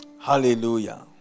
Hallelujah